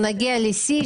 יבגני לא נמצא.